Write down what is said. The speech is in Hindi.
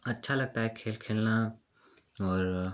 अच्छा लगता है खेल खेलना और